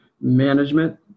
management